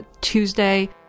tuesday